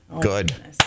Good